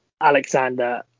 alexander